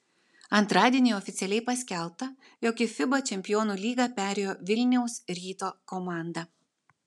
antradienį oficialiai paskelbta jog į fiba čempionų lygą perėjo vilniaus ryto komanda